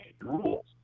rules